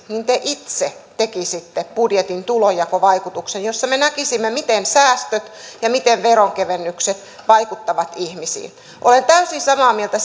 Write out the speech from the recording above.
te itse arvioisitte budjetin tulonjakovaikutuksen jossa me näkisimme miten säästöt ja miten veronkevennykset vaikuttavat ihmisiin olen täysin samaa mieltä